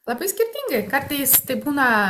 labai skirtingai kartais tai būna